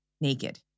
naked